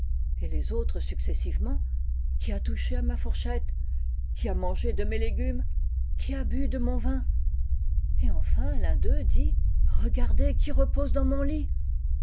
et les autres successivement qui a touché à ma fourchette qui a mangé de mes légumes qui a bu de mon vin et enlin l'un deux dit regardez qui repose dans mon lit